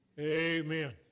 Amen